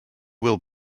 will